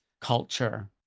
culture